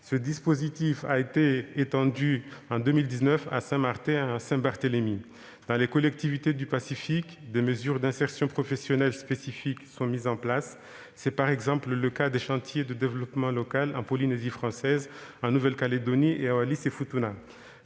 Ce dispositif a été étendu en 2019 à Saint-Martin et à Saint-Barthélemy. Dans les collectivités du Pacifique, des mesures d'insertion professionnelle spécifiques sont mises en place, notamment pour les chantiers de développement local en Polynésie française, en Nouvelle-Calédonie et à Wallis-et-Futuna.